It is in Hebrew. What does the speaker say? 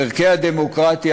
עם ערכי הדמוקרטיה,